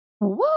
Woo